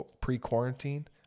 pre-quarantine